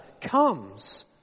comes